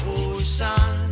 ocean